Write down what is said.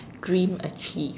dream achieved